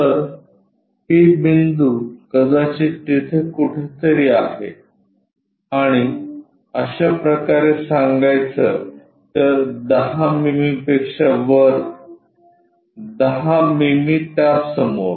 तर P बिंदू कदाचित तिथे कुठेतरी आहे आणि अशा प्रकारे सांगायचं तर 10 मिमीपेक्षा वर 10 मिमी त्यासमोर